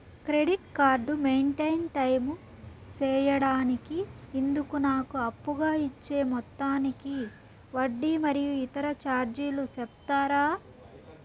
Credit card maintain time సేయడానికి ఇందుకు నాకు అప్పుగా ఇచ్చే మొత్తానికి వడ్డీ మరియు ఇతర చార్జీలు సెప్తారా?